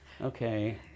okay